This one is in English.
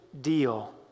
deal